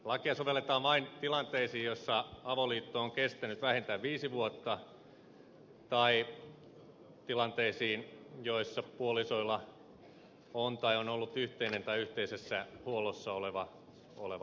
lakia sovelletaan vain tilanteisiin joissa avoliitto on kestänyt vähintään viisi vuotta tai tilanteisiin joissa puolisoilla on tai on ollut yhteinen tai yhteisessä huollossa oleva lapsi